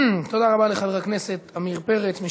תודה רבה לחבר הכנסת עמיר פרץ.